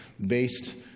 based